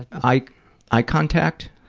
eye eye contact?